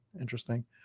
Interesting